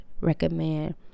recommend